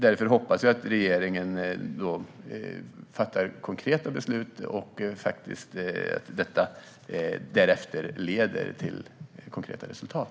Därför hoppas jag att regeringen fattar konkreta beslut och att detta därefter leder till konkreta resultat.